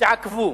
תעכבו.